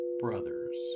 brothers